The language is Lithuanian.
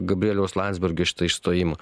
gabrieliaus landsbergio šitą išstojimą